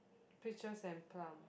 pictures and plant